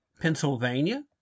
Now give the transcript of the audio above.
Pennsylvania